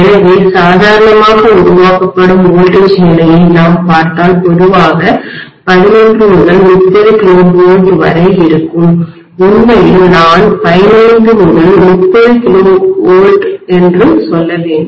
எனவே சாதாரணமாக உருவாக்கப்படும் மின்னழுத்தம் வோல்டேஜ்நிலையை நாம் பார்த்தால் பொதுவாக 11 முதல் 30 KV வரை இருக்கும் உண்மையில் நான் 15 முதல் 30 KV என்று சொல்லவேண்டும்